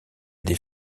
des